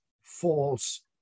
false